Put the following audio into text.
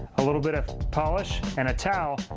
a little bit of polish and a towel,